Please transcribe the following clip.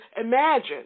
imagine